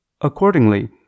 Accordingly